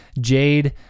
jade